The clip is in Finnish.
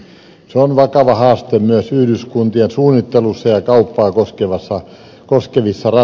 se on vakava haaste myös yhdyskuntien suunnittelussa ja kauppaa koskevissa ratkaisuissa